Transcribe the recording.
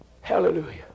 Hallelujah